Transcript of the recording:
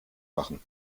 machen